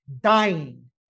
dying